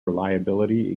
reliability